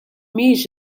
mhijiex